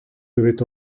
devait